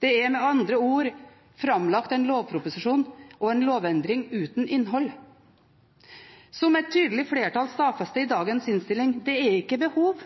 Det er med andre ord framlagt en lovproposisjon og en lovendring uten innhold. Som et tydelig flertall stadfester i dagens innstilling: Det er ikke behov